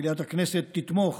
מליאת הכנסת תתמוך